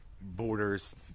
borders